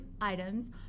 items